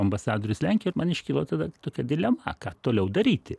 ambasadorius lenkijoj ir man iškilo tada tokia dilema ką toliau daryti